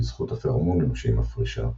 בזכות הפרומונים שהיא מפרישה,